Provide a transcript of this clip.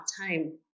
time